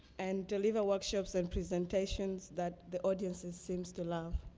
and deliver workshops and presentations that the audiences seems to love.